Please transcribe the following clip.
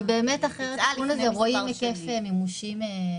ואחרי התיקון הזה רואים היקף מימושים?